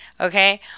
okay